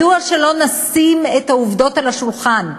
מדוע שלא נשים את העובדות על השולחן,